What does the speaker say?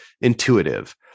intuitive